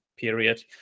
period